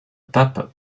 pape